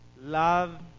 Love